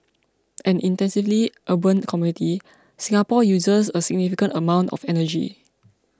an intensively urban community Singapore uses a significant amount of energy